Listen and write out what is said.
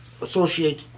associate